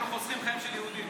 היינו חוסכים חיים של יהודים.